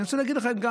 אני רוצה להגיד לכם,